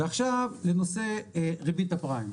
ועכשיו לנושא ריבית הפריים.